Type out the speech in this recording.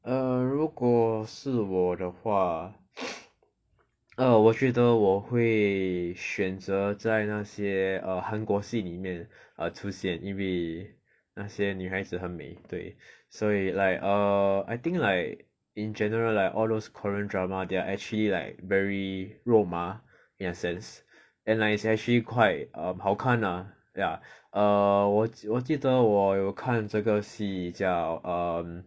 err 如果是我的话 err 我觉得我会选择在那些 err 韩国戏里面 err 出现因为那些女孩子很美对所以 like err I think like in general like all those korean drama they are actually like very 肉麻 in the sense and like it's actually quite um 好看啦 ya err 我我记得我有看这个戏叫 um